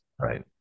Right